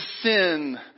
sin